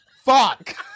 Fuck